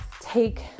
take